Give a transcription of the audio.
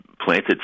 planted